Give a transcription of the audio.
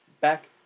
Back